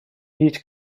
heat